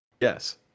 Yes